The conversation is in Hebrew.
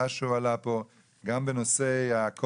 גם בנושא הבטחת הכנסה,